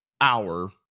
hour